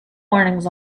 warnings